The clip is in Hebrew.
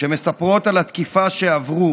שמספרות על התקיפה שעברו